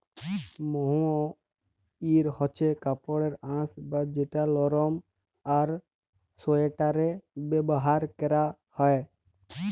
mohair হছে কাপড়ের আঁশ যেট লরম আর সোয়েটারে ব্যাভার ক্যরা হ্যয়